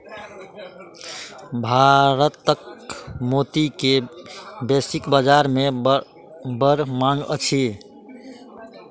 भारतक मोती के वैश्विक बाजार में बड़ मांग अछि